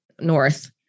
north